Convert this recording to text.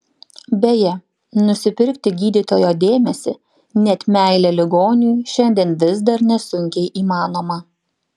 beje nusipirkti gydytojo dėmesį net meilę ligoniui šiandien vis dar nesunkiai įmanoma